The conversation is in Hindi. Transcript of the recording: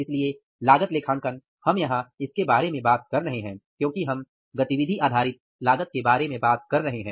इसलिए लागत लेखांकन हम यहां इसके बारे में बात कर रहे हैं क्योंकि हम गतिविधि आधारित लागत के बारे में बात कर रहे हैं